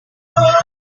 atrás